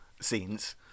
scenes